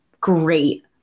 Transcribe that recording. great –